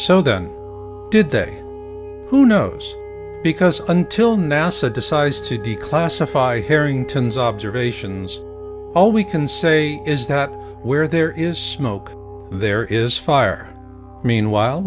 so then did they who knows because until nasa decides to declassify harrington's observations all we can say is that where there is smoke there is fire meanwhile